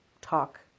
talk